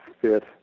fit